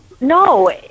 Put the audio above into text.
No